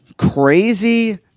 crazy